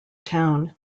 town